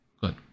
Good